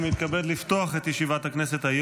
אני מתכבד לפתוח את ישיבת הכנסת.